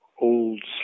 old